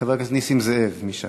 חבר הכנסת נסים זאב מש"ס.